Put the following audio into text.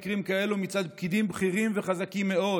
מקרים כאלה מצד פקידים בכירים וחזקים מאוד